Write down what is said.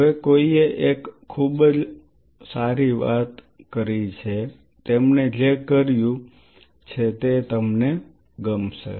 હવે કોઈએ એક ખૂબ જ સરસ વસ્તુ કરી છે તેમને જે કર્યું છે તે તમને ગમશે